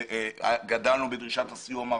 גדלנו בדרישת הסיוע מהרווחה,